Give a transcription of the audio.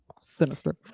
Sinister